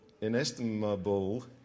inestimable